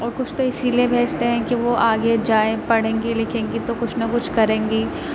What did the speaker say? اور کچھ تو اسی لیے بھیجتے ہیں کہ وہ آگے جائیں پڑھیں گی لکھیں گی تو کچھ نہ کچھ کریں گی